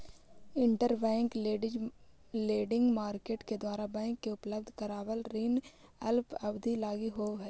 interbank lending market के द्वारा bank के उपलब्ध करावल ऋण अल्प अवधि लगी होवऽ हइ